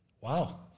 wow